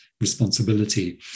responsibility